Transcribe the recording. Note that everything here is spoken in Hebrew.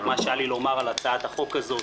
את מה שהיה לי לומר על הצעת החוק הזו,